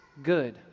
good